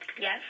Yes